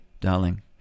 darling